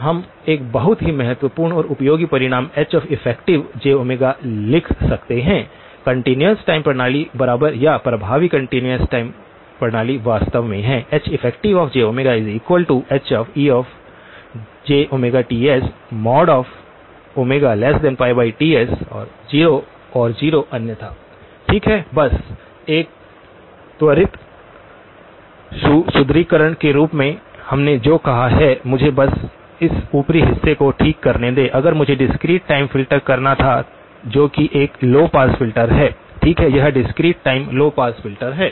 तब हम एक बहुत ही महत्वपूर्ण और उपयोगी परिणाम Heffj लिख सकते हैं कंटीन्यूअस टाइम प्रणाली बराबर या प्रभावी कंटीन्यूअस टाइम प्रणाली वास्तव में है HeffjHejTs Ts 0 अन्यथा ठीक है बस एक त्वरित सुदृढीकरण के रूप में हमने जो कहा है मुझे बस इस ऊपरी हिस्से को ठीक करने दें अगर मुझे डिस्क्रीट टाइम फ़िल्टर करना था जो कि एक लौ पास फिल्टर है ठीक है यह डिस्क्रीट टाइम लौ पास फ़िल्टर है